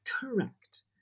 Correct